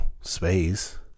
space